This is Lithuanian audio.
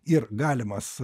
ir galimas